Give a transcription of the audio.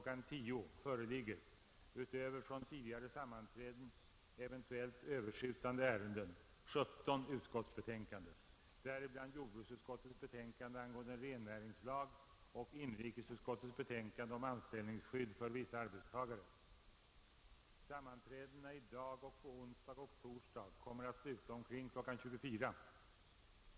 10.00 föreligger — utöver från tidigare sammanträden eventuellt överskjutande ärenden — 17 utskottsbetänkanden, däribland jordbruksutskottets betänkande angående rennäringslag och inrikesutskottets betänkande om anställningsskydd för vissa arbetstagare. Sammanträdena i dag och på onsdag och torsdag kommer att sluta omkring kl. 24.00.